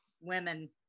women